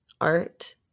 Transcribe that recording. art